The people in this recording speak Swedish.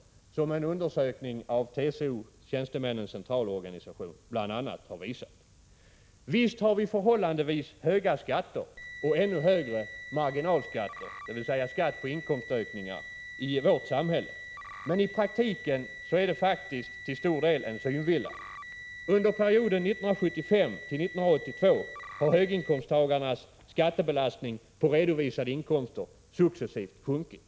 Det visar bl.a. en undersökning som Tjänstemännens centralorganisation har gjort. Visst har vi förhållandevis höga skatter och ännu högre marginalskatter, dvs. skatt på inkomstökningar. Men i praktiken är det faktiskt till stor del en synvilla. Under perioden 1975-1982 har höginkomsttagarnas skattebelastning vad gäller redovisade inkomster successivt sjunkit.